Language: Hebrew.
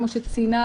כפי שציינה